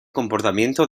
comportamiento